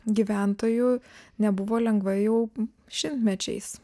gyventojų nebuvo lengva jau šimtmečiais